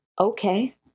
Okay